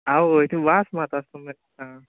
आवय ते वास मात्ता आसतो मरे थिंगां